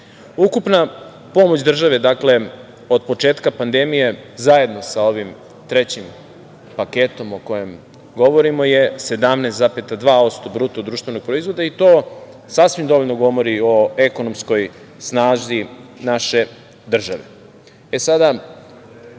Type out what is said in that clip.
Ukupna pomoć države od početka pandemije, zajedno sa ovim trećim paketom o kojem govorimo, je 17,2% bruto društvenog proizvoda i to sasvim dovoljno govori o ekonomskoj snazi naše države.E sada,